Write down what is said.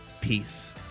peace